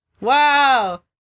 Wow